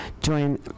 join